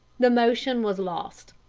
the motion was lost.